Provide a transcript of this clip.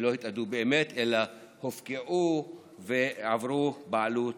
ולא התאדו באמת אלא הופקעו ועברו בעלות